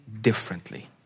differently